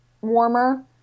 warmer